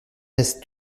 aise